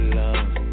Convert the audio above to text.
love